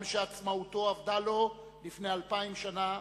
עם שעצמאותו אבדה לו לפני 2,000 שנה,